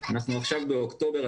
אנחנו עכשיו באוקטובר,